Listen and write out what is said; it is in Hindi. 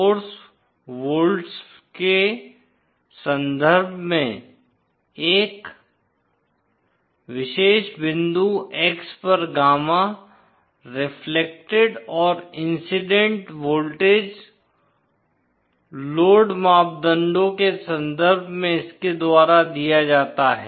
सोर्स वोल्ट्स के संदर्भ में एक विशेष बिंदु X पर गामा रेफेलक्टेड और इंसिडेंट वोल्टेज लोड मापदंडों के संदर्भ में इसके द्वारा दिया जाता है